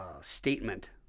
statement